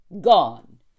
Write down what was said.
Gone